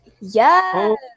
Yes